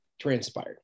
transpired